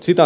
eli